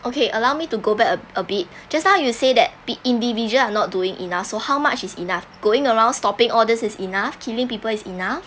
okay allow me to go back a a bit just now you say that pi~ individual are not doing enough so how much is enough going around stopping all these is enough killing people is enough